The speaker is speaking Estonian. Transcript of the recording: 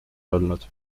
tulnud